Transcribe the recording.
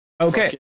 Okay